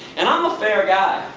and i'm a fair guy.